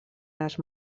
les